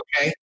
Okay